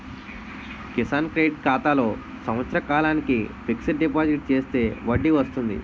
Kisan credit ఖాతాలో సంవత్సర కాలానికి ఫిక్స్ డిపాజిట్ చేస్తే వడ్డీ వస్తుంది